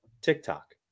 TikTok